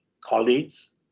colleagues